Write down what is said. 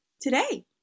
today